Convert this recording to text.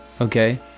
okay